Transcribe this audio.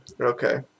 Okay